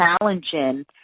challenging